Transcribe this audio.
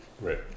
Right